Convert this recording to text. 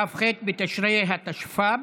כ"ח בתשרי התשפ"ב,